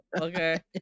okay